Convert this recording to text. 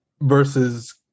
versus